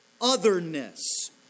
Otherness